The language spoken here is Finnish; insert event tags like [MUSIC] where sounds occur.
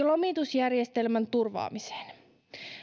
[UNINTELLIGIBLE] lomitusjärjestelmän turvaamiseen